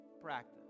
practice